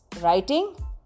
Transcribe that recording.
writing